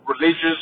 religious